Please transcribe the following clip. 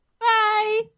bye